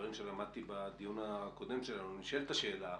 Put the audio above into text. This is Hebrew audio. מדברים שלמדתי בדיון הקודם שלנו נשאלת השאלה,